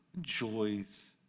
joys